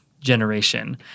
generation